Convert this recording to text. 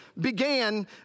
began